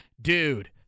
Dude